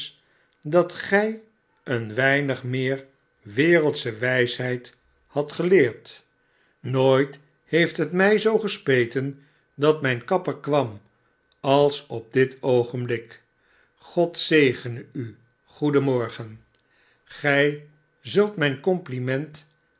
dat gij een weinigmeer wereldsche wijsheid hadt geleerd nooit heeft het mij zoo gespeten dat mijn kapper kwam als op dit oogenblik god zegene u w goeden morgen gij zult mijn compliment